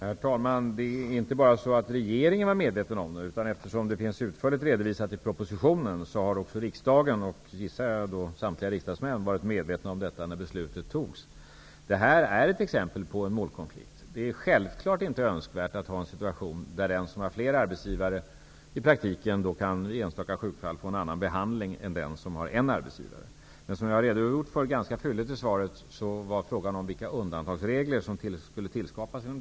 Herr talman! Det är inte bara så att regeringen var medveten om detta, utan eftersom det finns utförligt redovisat i propositionen, var också riksdagen och -- gissar jag -- samtliga riksdagsmän medvetna om detta när beslutet fattades. Det här är ett exempel på en målkonflikt. Det är självfallet inte önskvärt med en situation där en som har flera arbetsgivare i praktiken vid enstaka sjukfall kan få en annan behandling än den som har en arbetsgivare. Som jag har redogjort för ganska fylligt i svaret var det en fråga om vilka undantagsregler som skulle tillskapas.